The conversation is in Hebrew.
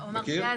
מכיר.